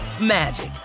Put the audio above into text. magic